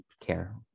care